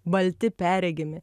balti perregimi